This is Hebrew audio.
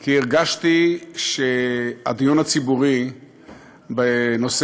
כי הרגשתי שהדיון הציבורי בנושא